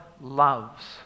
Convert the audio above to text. loves